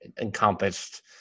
encompassed